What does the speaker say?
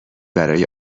برای